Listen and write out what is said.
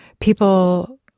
people